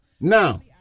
Now